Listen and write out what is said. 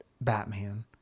Batman